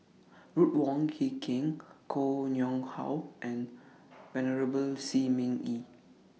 Ruth Wong Hie King Koh Nguang How and Venerable Shi Ming Yi